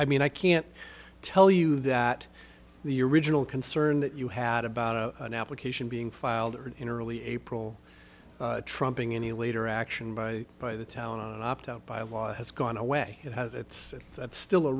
mean i can't tell you that the original concern that you had about a application being filed in early april trumping any later action by by the town and opt out by law has gone away it has it's still a